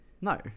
no